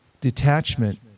detachment